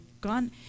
gone